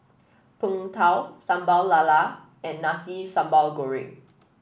Png Tao Sambal Lala and Nasi Sambal Goreng